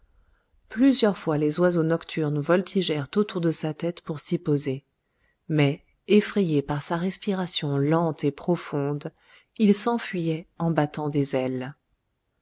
plusieurs fois les oiseaux nocturnes voltigèrent autour de sa tête pour s'y poser mais effrayés par sa respiration lente et profonde ils s'enfuyaient en battant des ailes